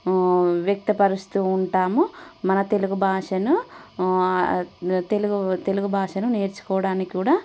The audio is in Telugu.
వ్యక్తపరుస్తూ ఉంటాము మన తెలుగు భాషను తెలుగు తెలుగు భాషను నేర్చుకోవడానికి కూడా